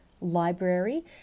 library